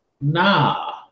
Nah